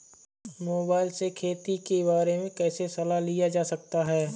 Mobile से खेती के बारे कैसे सलाह लिया जा सकता है?